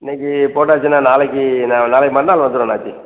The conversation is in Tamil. இன்னைக்கி போட்டாச்சுன்னா நாளைக்கு ந நாளைக்கு மறுநாள் வந்துவிடும் அண்ணாச்சி